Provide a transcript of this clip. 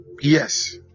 Yes